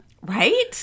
Right